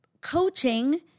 coaching